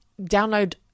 download